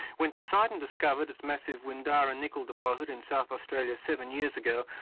when poseidon discovered its massive windara nickel deposit in south australia seven years ago,